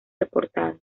reportado